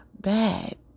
bad